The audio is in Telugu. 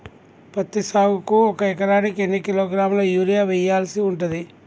పత్తి సాగుకు ఒక ఎకరానికి ఎన్ని కిలోగ్రాముల యూరియా వెయ్యాల్సి ఉంటది?